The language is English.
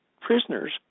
prisoners